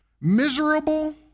miserable